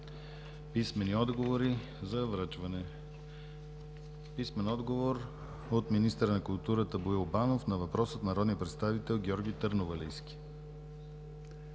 Писмен отговор от: - министъра на културата Боил Банов на въпрос от народния представител Георги Търновалийски;